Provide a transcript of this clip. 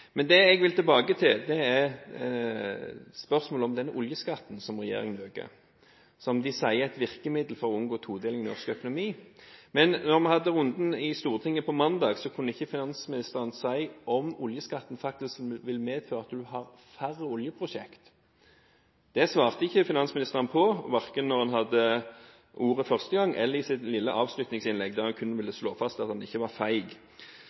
Men da vi hadde runden i Stortinget på mandag, kunne ikke finansministeren si om oljeskatten faktisk vil medføre at du har færre oljeprosjekter. Det svarte ikke finansministeren på, verken da han hadde ordet første gang, eller i sitt lille avslutningsinnlegg, der han kun ville slå fast at han ikke var